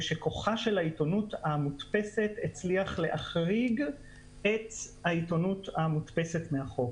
ושכוחה של העיתונות המודפסת הצליח להחריג את העיתונות המודפסת מהחוק.